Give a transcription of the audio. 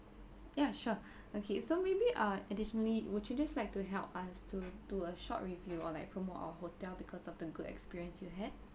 yeah sure okay so maybe uh additionally would you just like to help us to do a short review or like promote our hotel because of them good experience you had